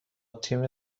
تیم